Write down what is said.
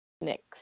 Next